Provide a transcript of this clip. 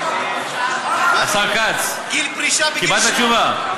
השר כץ, קיבלת תשובה?